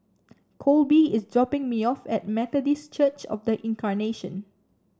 Colby is dropping me off at Methodist Church Of The Incarnation